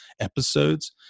episodes